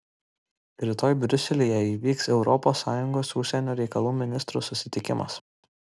rytoj briuselyje įvyks europos sąjungos užsienio reikalų ministrų susitikimas